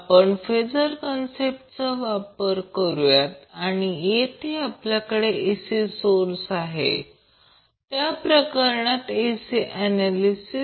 आपण फेजर कांसेप्टचा वापर करुया आणि जेथे आपल्याकडे AC सोर्स आहे त्या प्रकरणात सर्किट ऍनॅलिसिस